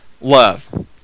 love